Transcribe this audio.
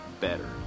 better